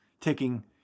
taking